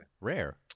Rare